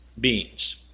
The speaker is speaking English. beings